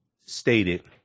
stated